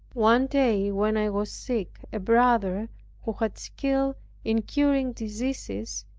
one day when i was sick, a brother who had skill in curing diseases,